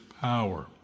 power